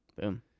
Boom